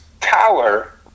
tower